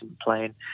playing